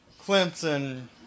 Clemson